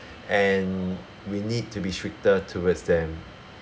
and we need to be stricter towards them